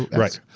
right.